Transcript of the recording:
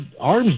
arms